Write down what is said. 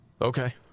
Okay